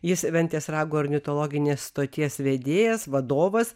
jis ventės rago ornitologinės stoties vedėjas vadovas